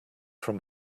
from